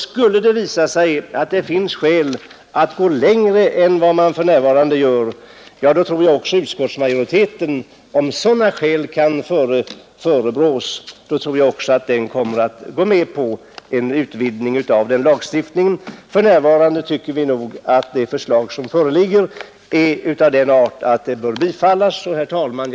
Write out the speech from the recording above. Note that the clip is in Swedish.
Skulle det visa sig att det går att förebringa skäl att gå längre än vad man för närvarande gör, tror jag att också utskottsmajoriteten kommer att gå med på en utvidgning av lagstiftningen. För närvarande tycker vi nog att det förslag som föreligger är av den art att det bör bifallas. Herr talman!